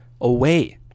away